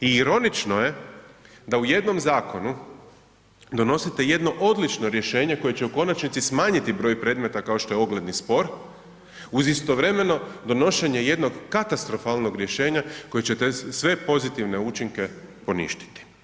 I ironično je da u jednom zakonu donosite jedno odlično rješenje koje će u konačnici smanjiti broj predmeta kao što je ogledni spor uz istovremeno donošenje jednog katastrofalnog rješenja koje će te sve pozitivne učinke poništiti.